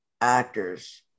actors